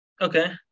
Okay